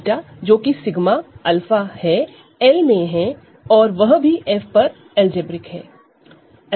β जो कि 𝜎𝛂 है और L ओवर F में है तथा अलजेब्रिक है